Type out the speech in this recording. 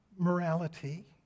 morality